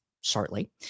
shortly